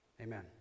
Amen